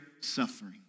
suffering